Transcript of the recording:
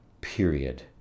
period